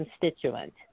constituent